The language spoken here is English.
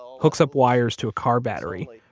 hooks up wires to a car battery,